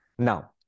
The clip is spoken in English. Now